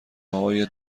های